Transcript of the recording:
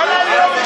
תודה על התיקון.